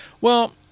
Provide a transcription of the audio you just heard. Well-